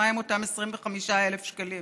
מה עם אותם 25,000 שקלים